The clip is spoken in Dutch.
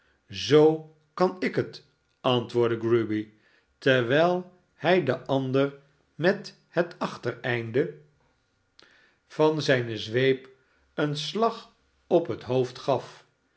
zoo kan ik het antwoordde grueby terwijl hij den ander met het achtereinde van zij nemen intrek in de meiboom zijne zweep een slag op het hoofd gaf